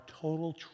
total